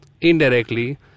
indirectly